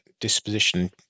disposition